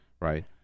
right